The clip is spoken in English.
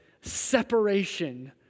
separation